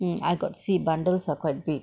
mm I got see bundles are quite big